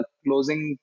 closing